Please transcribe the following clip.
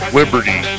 liberty